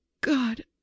God